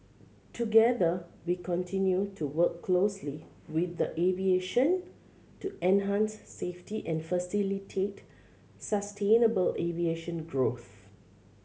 together we continue to work closely with the aviation to enhance safety and facilitate sustainable aviation growth